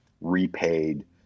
repaid